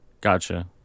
Gotcha